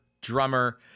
drummer